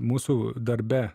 mūsų darbe